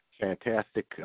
fantastic